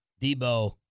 Debo